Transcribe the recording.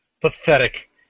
Pathetic